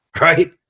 right